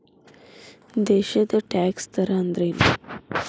ದೇಶದ್ ಟ್ಯಾಕ್ಸ್ ದರ ಅಂದ್ರೇನು?